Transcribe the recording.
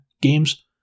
games